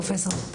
פרופסור,